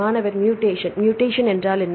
மாணவர் mutation mutation என்றால் என்ன